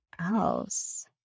else